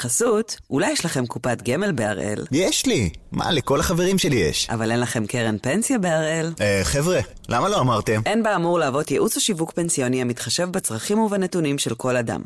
חסות, אולי יש לכם קופת גמל בהראל? יש לי! מה, לכל החברים שלי יש. אבל אין לכם קרן פנסיה בהראל? אה, חבר'ה, למה לא אמרתם? אין באמור להוות ייעוץ או שיווק פנסיוני המתחשב בצרכים ובנתונים של כל אדם.